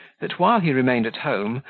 that while he remained at home,